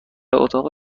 اتاق